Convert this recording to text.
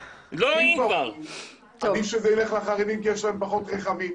עדיף שזה ילך לחרדים כי יש להם פחות רכבים,